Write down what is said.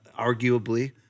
arguably